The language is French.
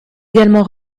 également